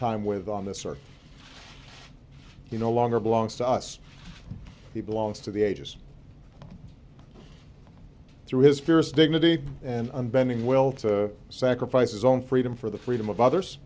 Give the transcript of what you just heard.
time with on this earth you no longer belongs to us he belongs to the ages through his peers dignity and unbending well to sacrifice his own freedom for the freedom of others